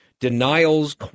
denials